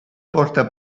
porta